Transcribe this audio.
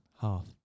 half